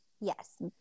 Yes